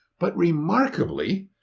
but remarkably,